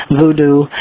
voodoo